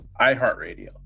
iHeartRadio